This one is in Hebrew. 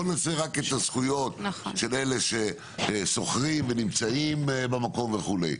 בוא נעשה רק את הזכויות של אלו ששוכרים ונמצאים במקום וכו'.